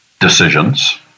decisions